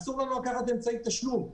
אסור לנו לקחת אמצעי תשלום.